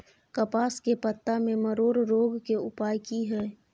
कपास के पत्ता में मरोड़ रोग के उपाय की हय?